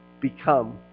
become